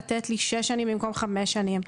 לתת לי שש שנים במקום חמש שנים.